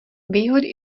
výhody